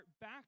back